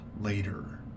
later